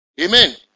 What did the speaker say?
Amen